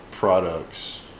products